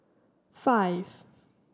five